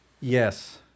Yes